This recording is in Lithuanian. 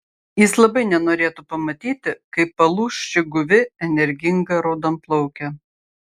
jis labai nenorėtų pamatyti kaip palūš ši guvi energinga raudonplaukė